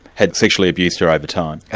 had sexually abused her over time?